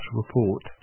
report